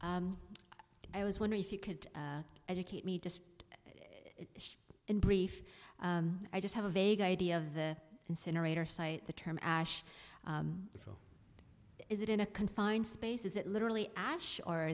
or i was wonder if you could educate me just in brief i just have a vague idea of the incinerator site the term ash is it in a confined space is it literally ash or